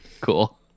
Cool